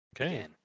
okay